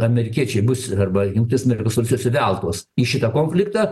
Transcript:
amerikiečiai bus arba jungtinės amerikos valstijos įveltos į šitą konfliktą